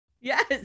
Yes